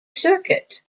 circuit